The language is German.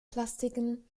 plastiken